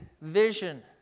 vision